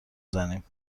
زنیم